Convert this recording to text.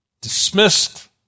dismissed